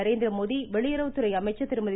நரேந்திரமோடி வெளியுறவுத்துறை அமைச்சர் திருமதி